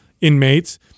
inmates